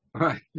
Right